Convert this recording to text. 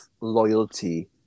loyalty